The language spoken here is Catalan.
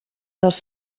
dels